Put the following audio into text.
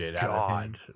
god